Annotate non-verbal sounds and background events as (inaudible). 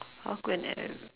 how could an (noise)